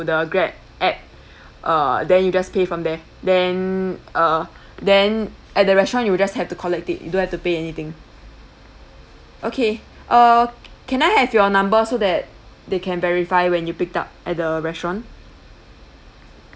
the Grab app uh then you just pay from there then uh then at the restaurant you'll just have to collect you don't have to pay anything okay uh can I have your number so that they can verify when you pick up at the restaurant